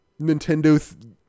nintendo